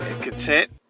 content